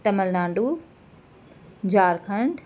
Tamil Nadu Jharkhand